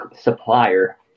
supplier